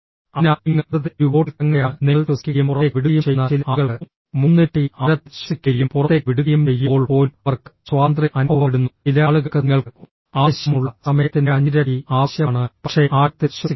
അതിനാൽ നിങ്ങൾ വെറുതെ ഒരു ബോട്ടിൽ കറങ്ങുകയാണ് നിങ്ങൾ ശ്വസിക്കുകയും പുറത്തേക്ക് വിടുകയും ചെയ്യുന്ന ചില ആളുകൾക്ക് മൂന്നിരട്ടി ആഴത്തിൽ ശ്വസിക്കുകയും പുറത്തേക്ക് വിടുകയും ചെയ്യുമ്പോൾ പോലും അവർക്ക് സ്വാതന്ത്ര്യം അനുഭവപ്പെടുന്നു ചില ആളുകൾക്ക് നിങ്ങൾക്ക് ആവശ്യമുള്ള സമയത്തിന്റെ അഞ്ചിരട്ടി ആവശ്യമാണ് പക്ഷേ ആഴത്തിൽ ശ്വസിക്കുക